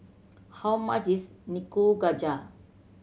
how much is Nikujaga